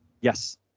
Yes